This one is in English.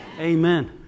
Amen